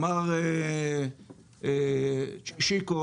אמר שיקו